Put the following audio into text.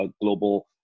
global